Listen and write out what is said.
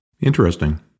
Interesting